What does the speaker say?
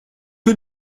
que